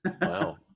Wow